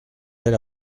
tel